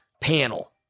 panel